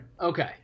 Okay